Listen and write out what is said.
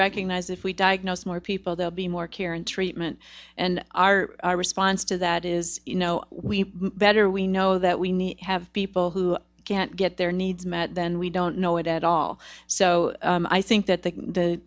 recognize if we diagnose more people there'll be more care and treatment and our response to that is you know we better we know that we need to have people who can't get their needs met then we don't know it at all so i think that the